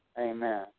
Amen